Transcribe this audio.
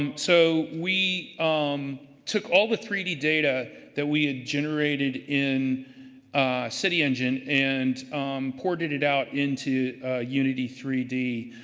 um so, we um took all the three d data that we ah generated in city engine and ported it out into unity three d,